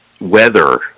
weather